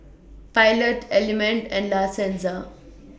Pilot Element and La Senza